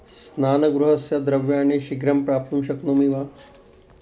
स्नानगृहस्य द्रव्याणि शीघ्रं प्राप्तुं शक्नोमि वा